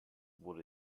wurde